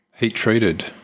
Heat-treated